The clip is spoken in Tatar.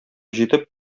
җитеп